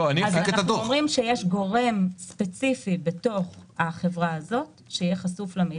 אנחנו אומרים שיש גורם ספציפי בתוך החברה הזאת שיהיה חשוף למידע.